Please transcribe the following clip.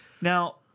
now